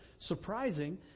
surprising